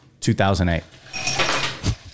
2008